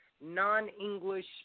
non-English